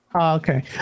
Okay